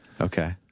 Okay